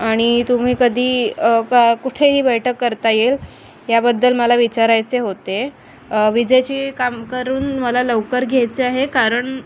आणि तुम्ही कधी का कुठे ही बैठक करता येईल याबद्दल मला विचारायचे होते विजेचे काम करून मला लवकर घ्यायचे आहे कारण